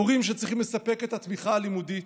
הורים צריכים לספק את התמיכה הלימודית,